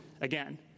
again